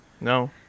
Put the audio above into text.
No